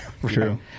True